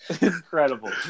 Incredible